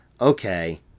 okay